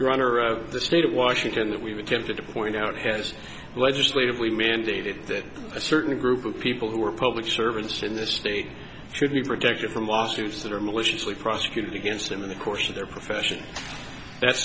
honor the state of washington that we've attempted to point out has legislatively mandated that a certain group of people who are public servants in this state should be protected from lawsuits that are maliciously prosecuted against in the course of their profession that